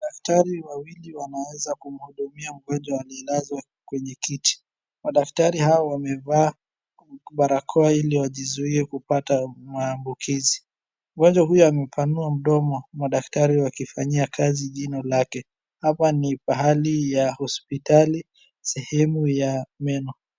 Madaktari wawili wanaweza kumhudumia mgonjwa aliyelazwa kwenye kiti, madaktari hawa wamevaa barakoa ili wajizuie kupata maambukizi. Mgonjwa huyu amepanua mdomo madaktari wakifanyia kazi jino lake. Hapa ni pahali ya hospitali ,sehemu ya meno.